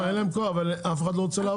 אבל אף אחד לא רוצה לעבוד.